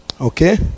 Okay